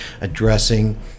addressing